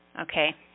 okay